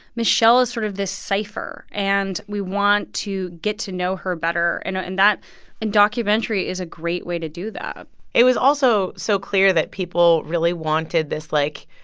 michelle is sort of this cipher, and we want to get to know her better. and a and that and documentary is a great way to do that it was also so clear that people really wanted this, like,